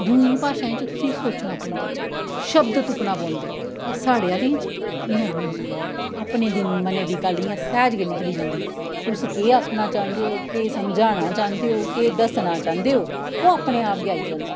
दूइयें भाशाएं च तुसें ई सोचना पौंदा शब्द तुप्पने पौंदे पर साढ़ें आह्ले च इ'यां नेईं होंदा अपने दे मनै दी गल्ल इ'यां सैह्ज गै निकली जंदी तुस केह् आक्खना चाह्दे ओ केह् समझाना चांह्दे ओ केह् दस्सना चांह्दे ओ ओह् अपने आप गै आई जंदा